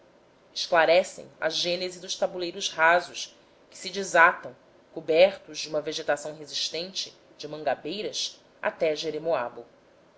esclarecem a gênese dos tabuleiros rasos que se desatam cobertos de uma vegetação resistente de mangabeiras até jeremoabo